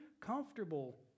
comfortable